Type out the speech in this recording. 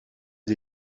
sie